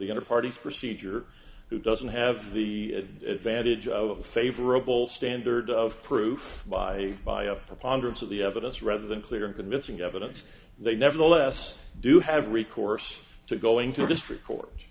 the other party's procedure who doesn't have the advantage of a favorable standard of proof by by a preponderance of the evidence rather than clear and convincing evidence they nevertheless do have recourse to going to th